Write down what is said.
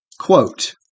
quote